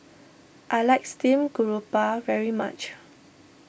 I like Steamed Garoupa very much